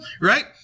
right